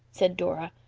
said dora.